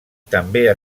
també